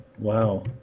Wow